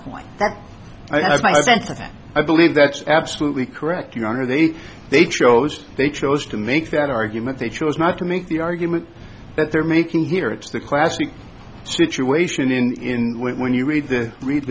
something i believe that's absolutely correct you are they they chose they chose to make that argument they chose not to make the argument that they're making here it's the classic situation in when you read this read